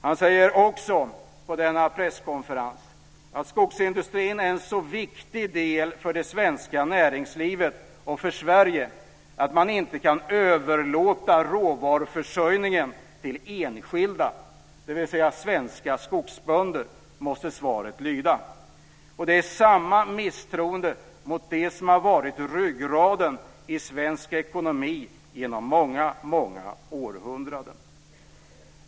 Han säger också på denna presskonferens att skogsindustrin är så viktig för det svenska näringslivet och för Sverige att man inte kan överlåta råvaruförsörjningen till enskilda, dvs. svenska skogsbönder - så måste svaret lyda. Det är samma misstroende mot det som har varit ryggraden i svensk ekonomi genom många århundraden.